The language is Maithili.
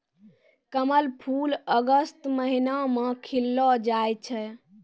कमल फूल अगस्त महीना मे खिललो जाय छै